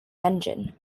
engine